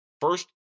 first